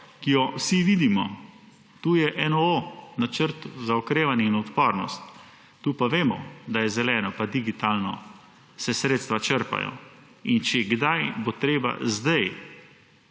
ki jo vsi vidimo. Tu je NOO, Načrt za okrevanje in odpornost. Tu pa vemo, da je zeleno in digitalno, se sredstva črpajo. In če kdaj, bo treba zdaj